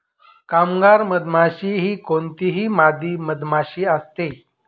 कामगार मधमाशी ही कोणतीही मादी मधमाशी असते